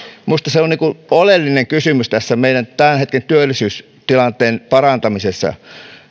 minusta se on oleellinen kysymys tässä meidän tämän hetken työllisyystilanteen parantamisessa